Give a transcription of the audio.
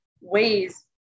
ways